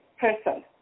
person